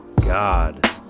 God